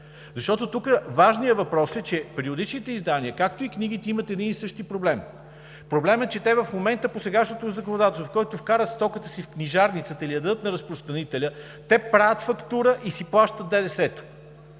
тях? Тук важният въпрос е, че периодичните издания, както и книгите, имат един и същи проблем – проблем е, че в момента, по сегашното законодателство, като вкарат стоката си в книжарницата или я дадат на разпространителя, те правят фактура и си плащат ДДС-то.